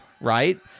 right